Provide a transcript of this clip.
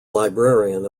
librarian